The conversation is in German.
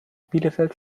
bielefeld